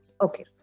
Okay